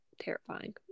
terrifying